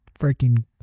freaking